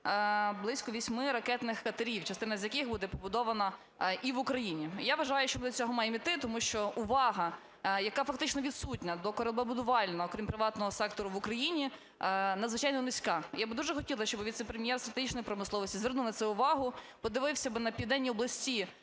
близько восьми ракетних катерів, частину з яких буде побудовано і в Україні. Я вважаю, що ми до цього маємо йти, тому що увага, яка фактично відсутня до кораблебудівельного, крім приватного, сектору в Україні надзвичайно низька. Я би дуже хотіла, щоб віцепрем'єр із стратегічної промисловості звернув на це увагу, подивився би на південні області,